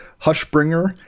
Hushbringer